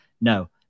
No